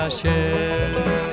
share